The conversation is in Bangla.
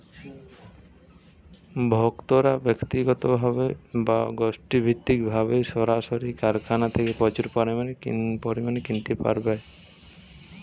ভোক্তারা ব্যক্তিগতভাবে বা গোষ্ঠীভিত্তিকভাবে সরাসরি কারখানা থেকে প্রচুর পরিমাণে কিনতে পারেন